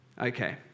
Okay